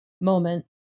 moment